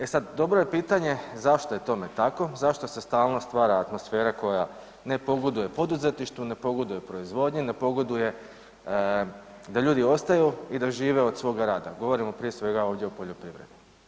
E sad dobro je pitanje zašto je tome tako, zašto se stalo stvara atmosfera koja ne pogoduje poduzetništvu, ne pogoduje proizvodnji, ne pogoduje da ljudi ostanu i da žive od svoga rada, govorimo prije svega ovdje o poljoprivredi?